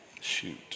Shoot